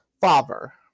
father